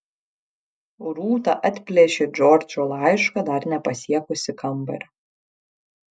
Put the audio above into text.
rūta atplėšė džordžo laišką dar nepasiekusi kambario